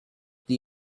that